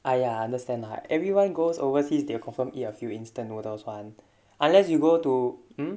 ah ya I understand lah everyone goes overseas they confirm eat a few instant noodles [one] unless you go to hmm